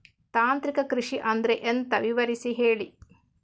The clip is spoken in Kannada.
ತಾಂತ್ರಿಕ ಕೃಷಿ ಅಂದ್ರೆ ಎಂತ ವಿವರಿಸಿ ಹೇಳಿ